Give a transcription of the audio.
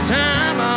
time